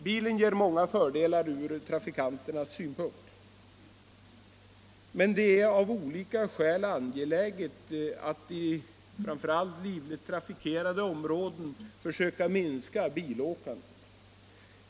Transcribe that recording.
Bilen ger många fördelar ur trafikanternas synpunkt, men det är av olika skäl angeläget att — framför allt i livligt trafikerade områden — försöka minska bilåkandet.